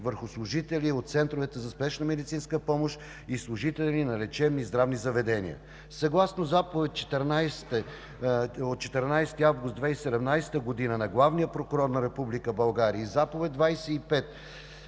върху служители от центровете за спешна медицинска помощ и служители на лечебни здравни заведения. Съгласно заповед от 14 август 2017 г. на главния прокурор на Република България и заповед от